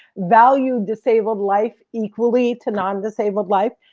value disabled life equally to non-disabled life.